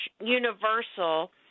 Universal